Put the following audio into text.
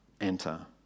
enter